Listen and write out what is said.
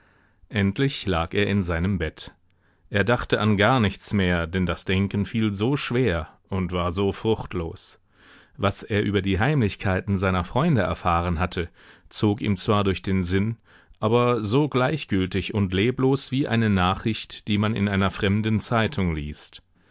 endlich lag er in seinem bett er dachte an gar nichts mehr denn das denken fiel so schwer und war so fruchtlos was er über die heimlichkeiten seiner freunde erfahren hatte zog ihm zwar durch den sinn aber so gleichgültig und leblos wie eine nachricht die man in einer fremden zeitung liest